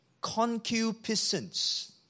concupiscence